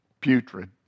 putrid